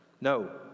No